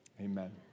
amen